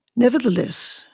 nevertheless,